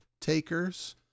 takers